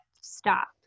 Stop